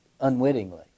unwittingly